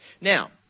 Now